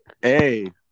Hey